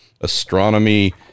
astronomy